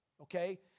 Okay